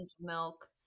milk